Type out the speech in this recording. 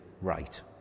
right